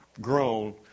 grown